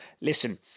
Listen